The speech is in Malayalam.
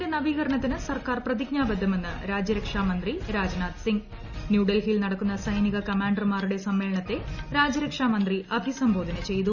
സൈനൃത്തിന്റെ നവീകരണത്തിന് സർക്കാർ പ്രതിജ്ഞാബദ്ധമെന്ന് രാജ്യൂരക്ഷാ മന്ത്രി രാജ്നാഥ് സിങ് ന്യൂഡൽഹിയിൽ നടുക്കുന്ന് സൈനിക കമാൻഡർമാരുടെ സമ്മേളനത്തെ രാജൃശ്ക്ഷാമന്ത്രി അഭിസംബോധന ചെയ്തു